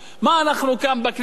מה אנחנו כאן בכנסת?